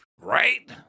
right